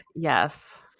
Yes